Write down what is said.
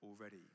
already